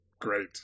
Great